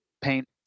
paint